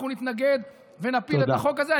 אנחנו נתנגד ונפיל את החוק הזה.